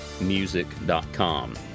music.com